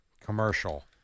Commercial